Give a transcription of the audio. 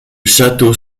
château